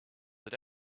that